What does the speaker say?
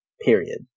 period